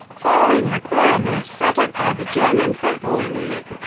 following requirements set up by the german football league.